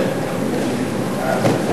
נמנע?